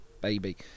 baby